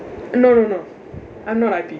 no no no I'm not I_P